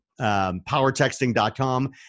powertexting.com